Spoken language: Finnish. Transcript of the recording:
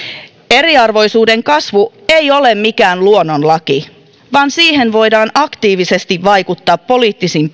eriarvoisuuden kasvu ei ole mikään luonnonlaki vaan siihen voidaan aktiivisesti poliittisin